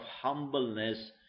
humbleness